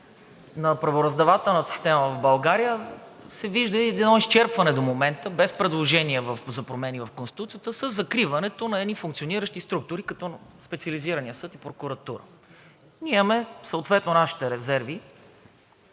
на правораздавателната система в България, се вижда и едно изчерпване до момента, без предложения в промени в Конституцията, със закриването на едни функциониращи структури, като Специализирания съд и прокуратура. Ние имаме съответно нашите резерви